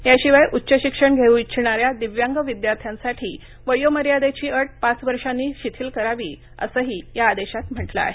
याशिवाय उच्च शिक्षण घेऊ इच्छिणा या दिव्यांग विद्यार्थ्यांसाठी वयोमर्यादेची अट पाच वर्षांनी शिथिल करावी असंही या आदेशात म्हटलं याहे